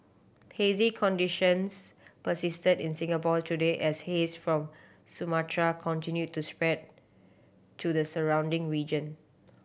hazy conditions persisted in Singapore today as haze from Sumatra continued to spread to the surrounding region